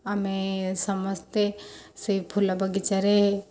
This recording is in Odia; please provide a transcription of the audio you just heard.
ଆମେ ସମସ୍ତେ ସେ ଫୁଲ ବଗିଚାରେ